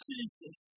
Jesus